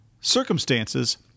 Circumstances